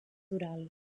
oral